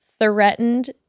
threatened